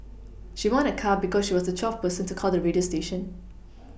she won a car because she was the twelfth person to call the radio station